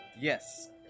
Yes